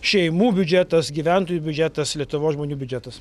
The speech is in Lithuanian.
šeimų biudžetas gyventojų biudžetas lietuvos žmonių biudžetas